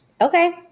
Okay